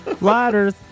Ladders